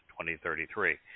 2033